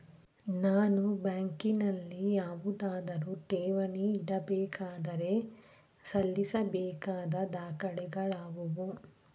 ನಾನು ಬ್ಯಾಂಕಿನಲ್ಲಿ ಯಾವುದಾದರು ಠೇವಣಿ ಇಡಬೇಕಾದರೆ ಸಲ್ಲಿಸಬೇಕಾದ ದಾಖಲೆಗಳಾವವು?